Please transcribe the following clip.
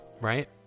Right